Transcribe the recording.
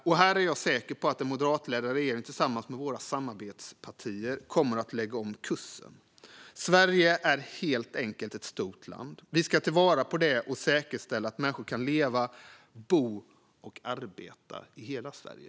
Jag är säker på att den moderatledda regeringen tillsammans med våra samarbetspartner kommer att lägga om kursen här. Sverige är helt enkelt ett stort land. Vi ska ta vara på det och säkerställa att människor kan leva, bo och arbeta i hela Sverige.